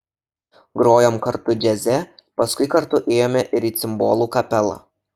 grojom kartu džiaze paskui kartu ėjome ir į cimbolų kapelą